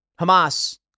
Hamas